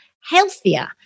healthier